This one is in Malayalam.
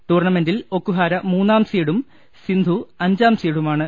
ടൂർണ്ണമെന്റിൽ ഒക്കുഹാര മൂന്നാം സീഡും സിന്ധു അഞ്ചാം സീഡുമാണ്